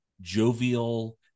jovial